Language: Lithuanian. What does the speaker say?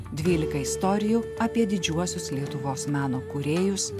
dvylika istorijų apie didžiuosius lietuvos meno kūrėjus